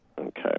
Okay